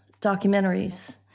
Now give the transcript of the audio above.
documentaries